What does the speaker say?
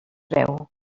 veu